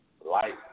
light